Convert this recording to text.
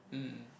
mm